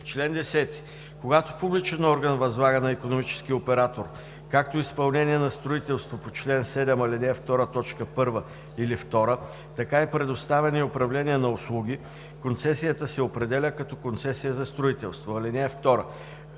„Чл. 10. (1) Когато публичен орган възлага на икономически оператор както изпълнение на строителство по чл. 7, ал. 2, т. 1 или 2 така и предоставяне и управление на услуги, концесията се определя като концесия за строителство. (2)